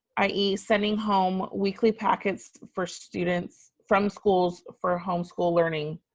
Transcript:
i e. sending home weekly packets for students from schools for home school learning,